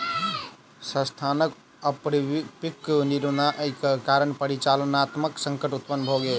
संस्थानक अपरिपक्व निर्णय के कारण परिचालनात्मक संकट उत्पन्न भ गेल